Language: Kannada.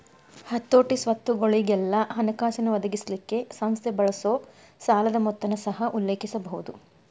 ಹತೋಟಿ, ಸ್ವತ್ತುಗೊಳಿಗೆಲ್ಲಾ ಹಣಕಾಸಿನ್ ಒದಗಿಸಲಿಕ್ಕೆ ಸಂಸ್ಥೆ ಬಳಸೊ ಸಾಲದ್ ಮೊತ್ತನ ಸಹ ಉಲ್ಲೇಖಿಸಬಹುದು